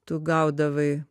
tu gaudavai